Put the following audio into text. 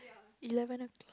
eleven O clo~